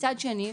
מצד שני,